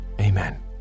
amen